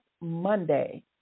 Monday